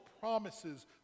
promises